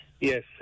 yes